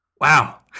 wow